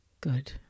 good